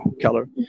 Keller